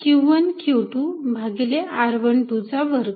q१ q२ भागिले r१२ चा वर्ग